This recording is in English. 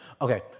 Okay